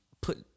put